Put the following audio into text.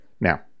Now